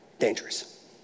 dangerous